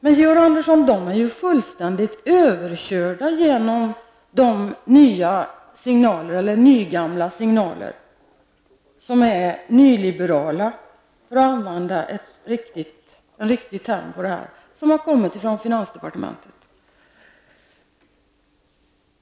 Men, Georg Andersson, de är fullständigt överkörda genom de nygamla signaler som är nyliberala -- för att nu använda den riktiga termen -- och som har kommit från finansdepartementet.